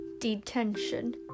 Detention